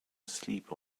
asleep